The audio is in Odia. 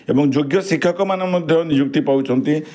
ଏବଂ ଯୋଗ୍ୟ ଶିକ୍ଷକମାନେ ମଧ୍ୟ ନିଯୁକ୍ତି ପାଉଛନ୍ତି